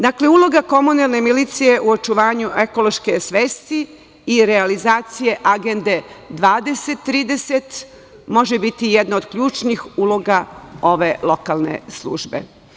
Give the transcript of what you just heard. Dakle, ulogu komunalne milicije je u očuvanju ekološke svesti i realizacija Agende 2030 može biti jedna od ključnih uloga ove lokalne službe.